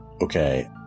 Okay